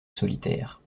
solitaire